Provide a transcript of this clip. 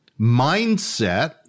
mindset